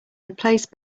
replaced